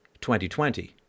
2020